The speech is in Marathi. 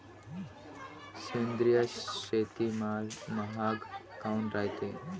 सेंद्रिय शेतीमाल महाग काऊन रायते?